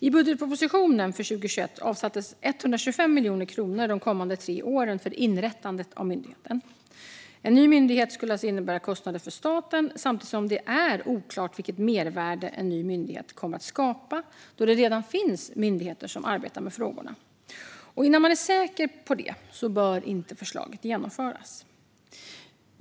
I budgetpropositionen för 2021 avsattes 125 miljoner kronor de kommande tre åren för inrättandet av myndigheten. En ny myndighet skulle alltså innebära kostnader för staten, samtidigt som det är oklart vilket mervärde en ny myndighet kommer att skapa då det redan finns myndigheter som arbetar med frågorna. Innan man är säker på detta bör inte förslaget genomföras.